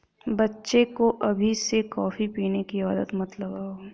बच्चे को अभी से कॉफी पीने की आदत मत लगाओ